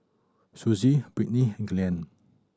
Susie Brittny Glen